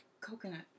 coconut